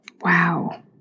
Wow